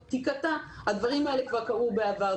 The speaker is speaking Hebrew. כפי שקרה גם בעבר.